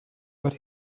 but